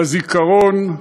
בזיכרון,